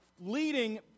leading